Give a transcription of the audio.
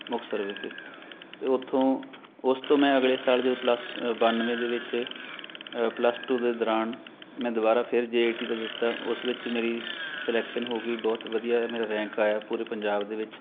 ਮੁਕਤਸਰ ਵਿਖੇ ਅਤੇ ਉਥੋਂ ਉਸ ਤੋਂ ਮੈਂ ਅਗਲੇ ਸਾਲ ਜਦੋਂ ਪਸੱਸ ਟੂ ਬਾਨਵੇਂ ਦੇ ਵਿੱਚ ਪਲੱਸ ਟੂ ਦੇ ਦੌਰਾਨ ਮੈਂ ਦੁਬਾਰਾ ਫਿਰ ਜੇ ਈ ਟੀ ਦਾ ਦਿੱਤਾ ਉਸ ਵਿੱਚ ਮੇਰੀ ਸਲੈਕਸ਼ਨ ਹੋ ਗਈ ਬਹੁਤ ਵਧੀਆ ਮੇਰਾ ਰੈਂਕ ਆਇਆ ਪੂਰੇ ਪੰਜਾਬ ਦੇ ਵਿੱਚ